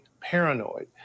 paranoid